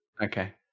Okay